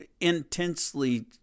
intensely